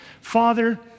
Father